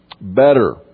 better